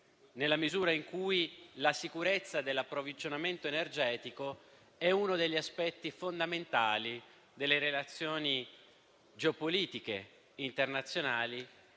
nella misura in cui la sicurezza dell'approvvigionamento energetico è uno degli aspetti fondamentali delle relazioni geopolitiche internazionali